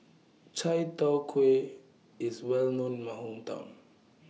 Chai Tow Kway IS Well known in My Hometown